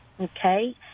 Okay